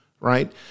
right